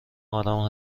آرام